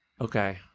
Okay